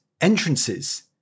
entrances